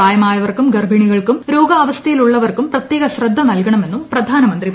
പ്രായമായവർക്കും ഗർഭിണികൾക്കും രോഗാവസ്ഥയുള്ളവർക്കും പ്രത്യേക ശ്രദ്ധ നൽകണമെന്നും പ്രധാനമന്ത്രി പറഞ്ഞു